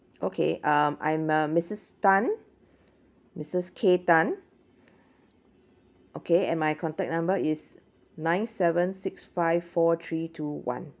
okay um I'm uh missus tan missus K tan okay and my contact number is nine seven six five four three two one